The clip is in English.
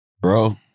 Bro